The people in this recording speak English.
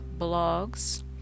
blogs